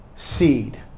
Seed